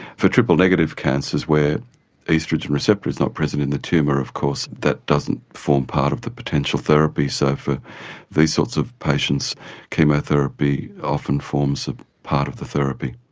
for triple negative cancers where oestrogen receptor is not present in the tumour of course that doesn't form part of the potential therapy. so for these sorts of patients chemotherapy often forms a part of the therapy.